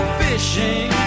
fishing